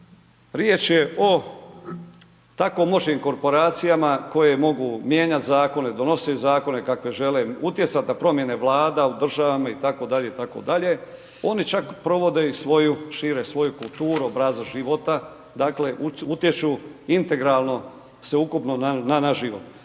Riječ je o tako moćnim korporacijama koje mogu mijenjat Zakone, donosit Zakone kakve žele, utjecat na promijene Vlada u državama i tako dalje, i tako dalje, oni čak provode i svoju, šire svoju kulturu, obrazac života, dakle utječu integralno, sveukupno na naš život.